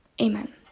Amen